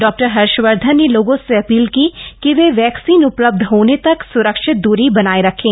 डॉ हर्षवर्धन ने लोगों से अपील की कि वे वैक्सीन उपलब्ध होने तक स्रक्षित द्री बनाए रखें